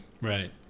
Right